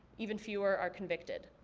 even fewer are convicted.